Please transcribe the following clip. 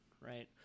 right